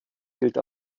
gilt